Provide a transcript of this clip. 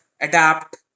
adapt